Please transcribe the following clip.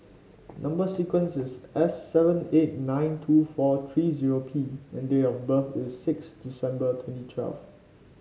number sequence is S seven eight nine two four three zero P and date of birth is six December twenty twelve